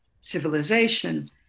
civilization